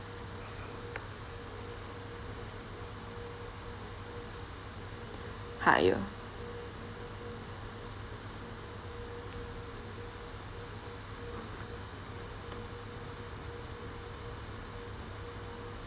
higher